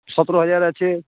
সতেরো হাজার আছে